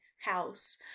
house